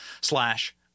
slash